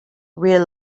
real